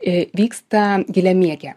a vyksta giliam miege